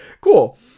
Cool